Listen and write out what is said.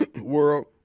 world